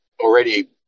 already